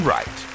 Right